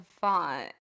font